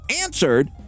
answered